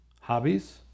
hobbies